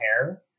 hair